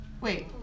Wait